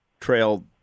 trail